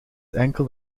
enkel